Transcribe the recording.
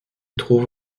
trouve